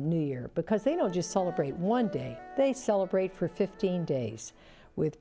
new year because they know just celebrate one day they celebrate for fifteen days with